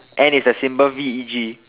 and it is a symbol V E G